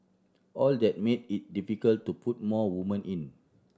all that made it difficult to put more woman in